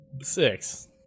Six